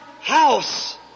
house